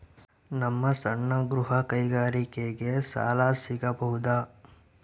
ನಮ್ಮ ಸಣ್ಣ ಗೃಹ ಕೈಗಾರಿಕೆಗೆ ಸಾಲ ಸಿಗಬಹುದಾ?